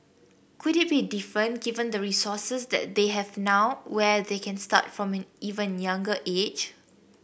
could it be different given the resources that they have now where they can start from an even younger age